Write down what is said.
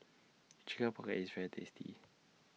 Chicken Pocket IS very tasty